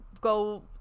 go